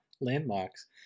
landmarks